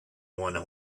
one